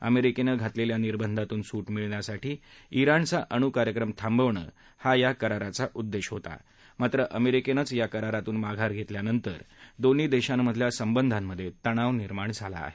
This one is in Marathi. अमेरिकेनं घातलेल्या निर्बंधातून सूट मिळण्यासाठी इराणचा अणुकार्यक्रम थांबवणं हा या कराराचा उद्देश होता मात्र अमेरीकेनंच या करारातून माघार घेतल्यानंतर दोन्ही देशांमधल्या संबंधांमध्ये तणाव निर्माण झाला आहे